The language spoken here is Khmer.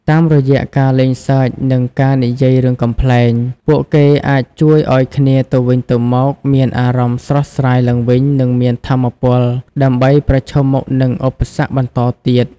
តាមរយៈការលេងសើចនិងការនិយាយរឿងកំប្លែង ពួកគេអាចជួយឱ្យគ្នាទៅវិញទៅមកមានអារម្មណ៍ស្រស់ស្រាយឡើងវិញនិងមានថាមពលដើម្បីប្រឈមមុខនឹងឧបសគ្គបន្តទៀត។